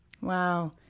Wow